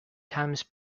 times